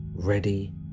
ready